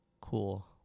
cool